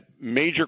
major